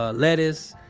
ah lettuce,